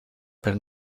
per